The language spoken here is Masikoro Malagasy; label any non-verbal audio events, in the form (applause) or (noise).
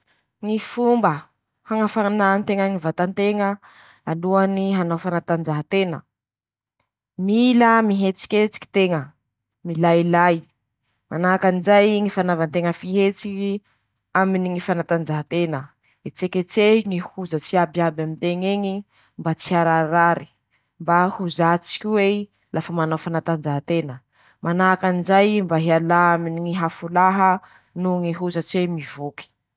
Ñy fomba hañafanà teña ñy vatan-teña alohany hanao fanatanjaha-tena: (shushes) -Mila mihetsiketsiky teña, milailay. -Manahakan'izay ñy fanava nteña fihetsiky aminy ñy fanatanjaha-tena, etseketsehy ñy hozatsy iaby amin-teñ'eñy mba tsy harairary, mba ho zatsy ko'ei lafa manao fanatanjaha-tena. -Manahakan'izay mba hialà aminy ñ'afolaha noho ñy hozatsy mivoky.